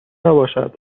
نباشد